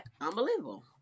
Unbelievable